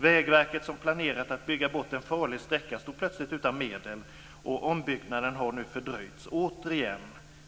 Vägverket som planerat att bygga bort en farlig sträcka stod plötsligt utan medel, och ombyggnaden har nu fördröjts återigen